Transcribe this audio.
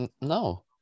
No